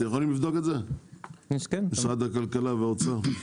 אתם יכולים לבדוק את זה, משרד הכלכלה והאוצר?